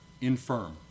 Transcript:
infirm